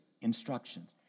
instructions